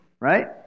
right